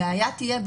הבעיה תהיה,